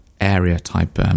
area-type